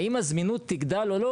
האם הזמינות תגדל או לא?